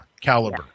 caliber